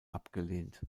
abgelehnt